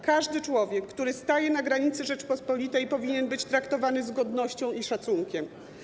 Każdy człowiek, który staje na granicy Rzeczypospolitej powinien być traktowany z godnością i szacunkiem.